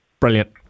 Brilliant